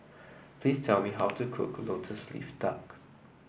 please tell me how to cook lotus leaf duck